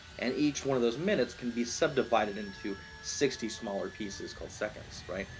and each one of those minutes can be subdivided into sixty smaller pieces called seconds, right?